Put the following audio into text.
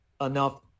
enough